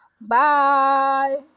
Bye